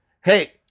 hey